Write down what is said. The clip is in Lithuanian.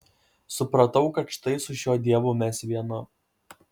supratau kad štai su šiuo dievu mes viena